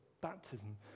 baptism